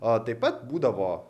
o taip pat būdavo